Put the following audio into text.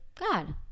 God